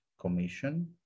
Commission